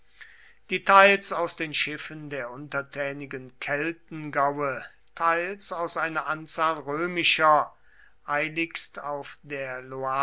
teils aus den schiffen der untertänigen keltengaue teils aus einer anzahl römischer eiligst auf der